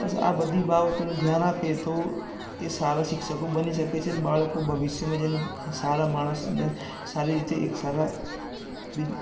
બસ આ બધી બાબતોને ધ્યાન આપે તો એ સારા શિક્ષકો બની શકે છે ને બાળકો ભવિષ્યમાં જઈને સારા માણસ અને સારી રીતે એક સારા બીજ